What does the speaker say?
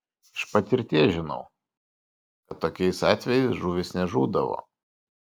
iš patirties žinau kad tokiais atvejais žuvys nežūdavo